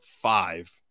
five